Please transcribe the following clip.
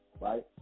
right